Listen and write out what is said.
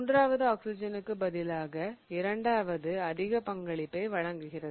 மூன்றாவது ஆக்சிஜனுக்கு பதிலாக இரண்டாவது அதிக பங்களிப்பை வழங்குகின்றது